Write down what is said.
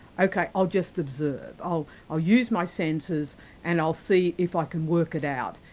ok, i'll just observe, i'll i'll use my senses and i'll see if i can work it out,